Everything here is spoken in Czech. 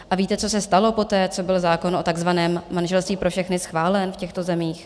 A víte, co se stalo poté, co byl zákon o takzvaném manželství pro všechny schválen v těchto zemích?